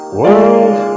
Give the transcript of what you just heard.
world